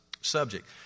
subject